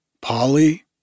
Polly